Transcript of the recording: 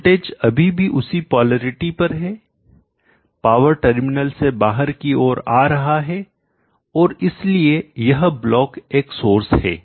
voltage अभी भी उसी पोलैरिटी पर है पावर टर्मिनल से बाहर की ओर आ रहा है और इसलिए यह ब्लॉक एक सोर्स है